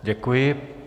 Děkuji.